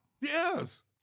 Yes